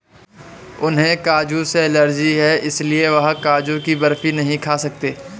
उन्हें काजू से एलर्जी है इसलिए वह काजू की बर्फी नहीं खा सकते